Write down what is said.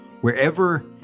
wherever